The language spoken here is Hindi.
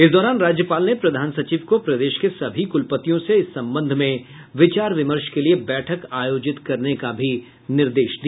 इस दौरानं राज्यपाल ने प्रधान सचिव को प्रदेश के सभी कुलपतियों से इस संबंध में विचार विमर्श के लिए बैठक आयोजित करने का भी निर्देश दिया